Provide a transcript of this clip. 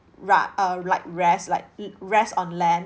ra~ uh like rest like l~ rest on land